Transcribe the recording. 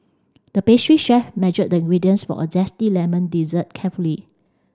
the pastry chef measured the ingredients for a zesty lemon dessert carefully